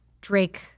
Drake